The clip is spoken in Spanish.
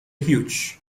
hughes